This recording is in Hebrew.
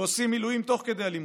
ועושים מילואים תוך כדי הלימודים.